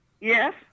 Yes